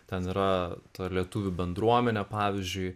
ten yra ta lietuvių bendruomenė pavyzdžiui